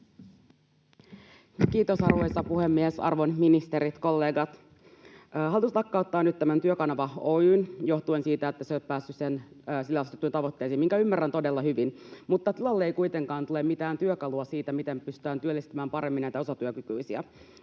Kiitos, arvoisa puhemies! Arvon ministerit, kollegat! Hallitus lakkauttaa nyt tämän Työkanava Oy:n johtuen siitä, että se ei ole päässyt sille asetettuihin tavoitteisiin, minkä ymmärrän todella hyvin, mutta tilalle ei kuitenkaan tule mitään työkalua siihen, miten me pystytään työllistämään paremmin näitä osatyökykyisiä.